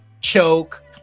choke